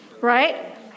right